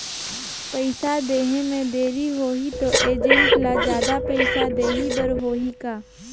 पइसा देहे मे देरी होही तो एजेंट ला जादा पइसा देही बर होही का?